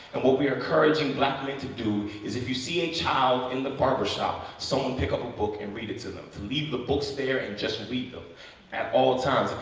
and what we're encouraging black men to do is if you see a child in the barbershop, someone will pick up a book and read it to them, to leave the books there and just read them at all times.